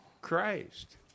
Christ